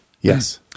yes